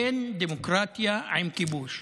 אין דמוקרטיה עם כיבוש,